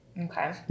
Okay